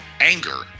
anger